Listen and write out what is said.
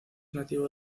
nativo